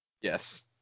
Yes